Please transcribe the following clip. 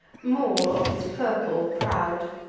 more of his purple, proud.